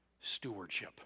stewardship